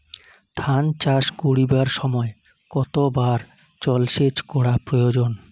ধান চাষ করিবার সময় কতবার জলসেচ করা প্রয়োজন?